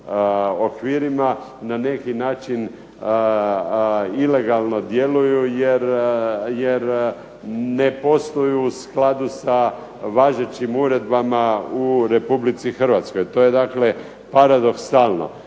okvirima na neki način ilegalno djeluju jer ne posluju u skladu sa važećim uredbama u Republici Hrvatskoj. To je dakle paradoksalno.